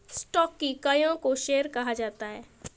stock की इकाइयों को शेयर कहा जाता है